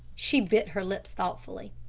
she bit her lips thoughtfully.